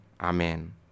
Amen